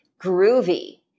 groovy